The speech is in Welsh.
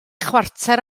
chwarter